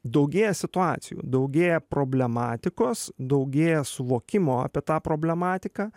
daugėja situacijų daugėja problematikos daugėja suvokimo apie tą problematiką